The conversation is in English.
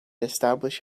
establish